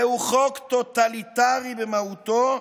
זהו חוק טוטליטרי במהותו,